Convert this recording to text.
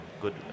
good